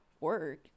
work